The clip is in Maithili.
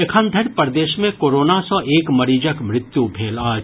एखन धरि प्रदेश मे कोरोना सँ एक मरीजक मृत्यु भेल अछि